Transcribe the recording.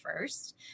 first